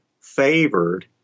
favored